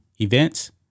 events